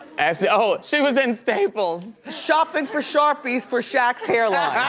ashley, oh she was in staples. shopping for sharpies for shaq's hairline.